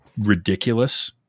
ridiculous